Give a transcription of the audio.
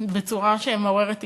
בצורה שמעוררת השתאות.